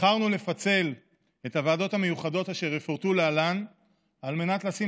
בחרנו לפצל את הוועדות המיוחדות אשר יפורטו להלן על מנת לשים